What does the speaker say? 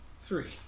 three